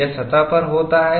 यह सतह पर होता है